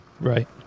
Right